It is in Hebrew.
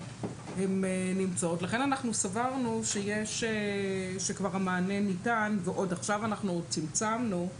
אנחנו סברנו שהמענה כבר ניתן ועוד עכשיו צמצמנו,